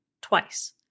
twice